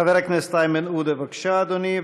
חבר הכנסת איימן עודה, בבקשה, אדוני.